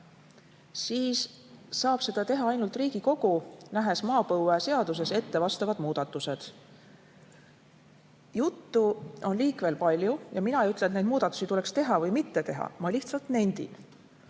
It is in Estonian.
siis saab seda teha ainult Riigikogu, nähes maapõueseaduses ette vastavad muudatused. Juttu on liikvel palju ja mina ei ütle, et neid muudatusi tuleks teha või mitte teha. Ma lihtsalt nendin,